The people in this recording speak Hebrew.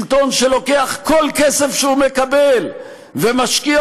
שלטון שלוקח כל כסף שהוא מקבל ומשקיע